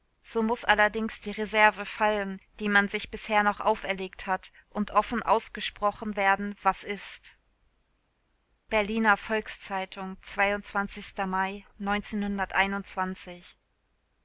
so muß allerdings die reserve fallen die man sich bisher noch auferlegt hat und offen ausgesprochen werden was ist berliner volks-zeitung mai